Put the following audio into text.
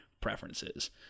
preferences